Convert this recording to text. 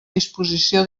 disposició